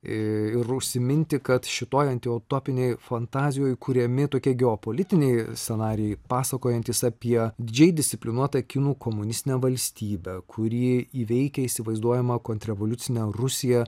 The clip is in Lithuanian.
i ir užsiminti kad šitoj antiutopinėj fantazijoje kuriami tokie geopolitiniai scenarijai pasakojantys apie didžiai disciplinuotą kinų komunistinę valstybę kuri įveikia įsivaizduojamą kontrrevoliucinę rusiją